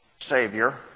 Savior